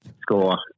score